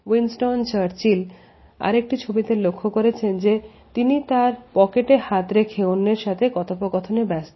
Winston Churchill আরেকটি ছবিতে লক্ষ্য করা যায় যে তিনি তার পকেট হাত রেখে অন্যের সাথে কথোপকথনে ব্যস্ত